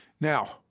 Now